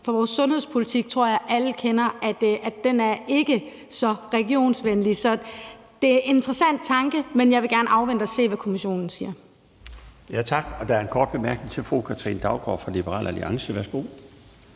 For vores sundhedspolitik tror jeg alle kender, og den er ikke så regionsvenlig. Så det er en interessant tanke, men jeg vil gerne afvente at se, hvad kommissionen siger. Kl. 19:29 Den fg. formand (Bjarne Laustsen): Tak. Der er en kort bemækrning til fru Katrine Daugaard fra Liberal Alliance. Værsgo.